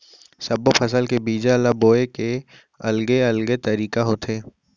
सब्बो फसल के बीजा ल बोए के अलगे अलगे तरीका होथे